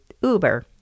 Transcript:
Uber